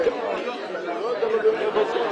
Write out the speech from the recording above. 3. פניית יושב-ראש ועדת החינוך,